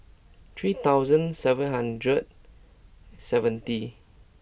three thousand seven hundred seventy